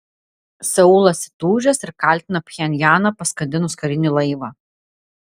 seulas įtūžęs ir kaltina pchenjaną paskandinus karinį laivą